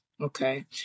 okay